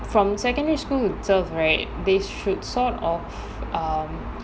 from secondary school itself right they should sort of um